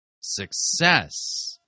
success